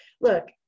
Look